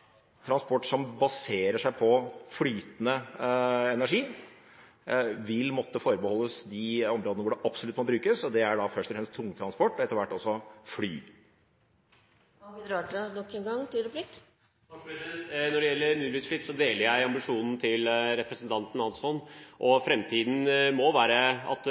transport er nullutslippstransport. Transport som baserer seg på flytende energi, vil måtte forbeholdes de områdene hvor det absolutt må brukes, og det er først og fremst tungtransport og etter hvert også fly. Når det gjelder nullutslipp, deler jeg ambisjonen til representanten Hansson, og framtiden må være at